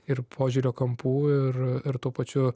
ir požiūrio kampų ir tuo pačiu